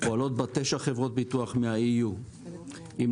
פועלות בה תשע חברות ביטוח מה-EU ; באסטוניה,